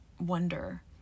wonder